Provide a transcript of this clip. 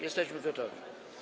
Jesteśmy gotowi.